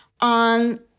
on